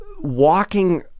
walking